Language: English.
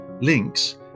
links